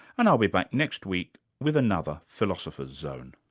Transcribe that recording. and i'll be back next week with another philosopher's zone